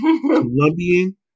Colombian